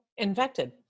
infected